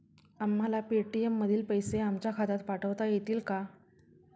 आम्हाला पेटीएम मधील पैसे आमच्या खात्यात पाठवता येतील का?